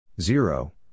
Zero